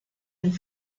and